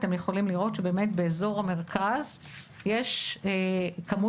אתם יכולים לראות שבאמת באזור המרכז יש כמות